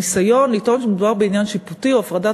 הניסיון לטעון שמדובר בעניין שיפוטי או בהפרדת